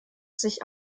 sich